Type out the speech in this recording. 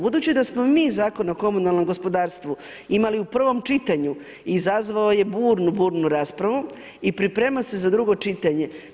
Budući da smo mi Zakon o komunalnom gospodarstvu imali u prvom čitanju izazvao je burnu, burnu raspravu i priprema se za drugo čitanje.